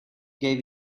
gave